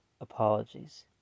apologies